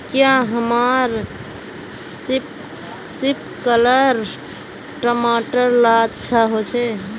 क्याँ हमार सिपकलर टमाटर ला अच्छा होछै?